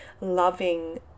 loving